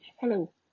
hello